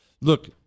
Look